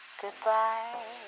goodbye